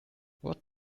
what